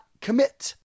commit